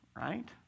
right